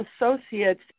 associates